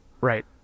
Right